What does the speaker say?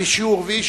שלישי ורביעי,